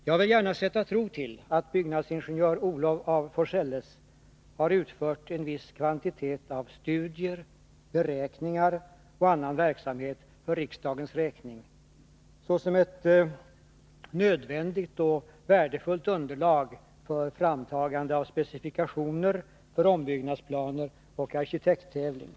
Jag vill gärna sätta tro till att byggnadsingenjör Olof af Forselles har utfört en viss kvantitet av studier, beräkningar och annan verksamhet för riksdagens räkning såsom ett nödvändigt och värdefullt underlag för framtagande av specifikationer för ombyggnadsplaner och arkitekttävling.